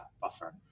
buffer